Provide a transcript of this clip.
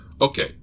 Okay